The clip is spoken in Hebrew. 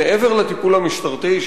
מעבר לטיפול המשטרתי,